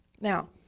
Now